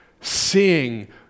Seeing